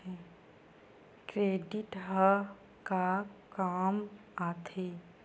Credit ह का काम आथे?